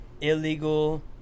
illegal